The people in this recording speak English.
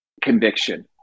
conviction